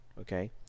okay